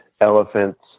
elephants